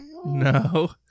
No